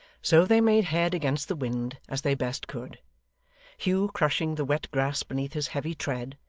so they made head against the wind as they best could hugh crushing the wet grass beneath his heavy tread,